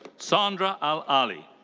sandra al ali.